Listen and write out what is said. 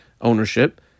ownership